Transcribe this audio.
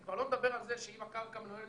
אני כבר לא מדבר על זה שאם הקרקע מנוהלת